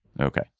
Okay